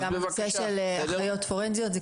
גם בנושא של אחיות פורנזיות.